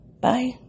Bye